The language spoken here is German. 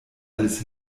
alles